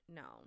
no